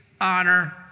honor